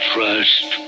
Trust